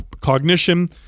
cognition